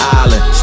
island